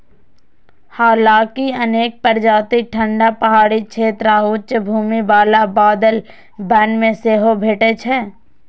हालांकि अनेक प्रजाति ठंढा पहाड़ी क्षेत्र आ उच्च भूमि बला बादल वन मे सेहो भेटै छै